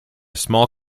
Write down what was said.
small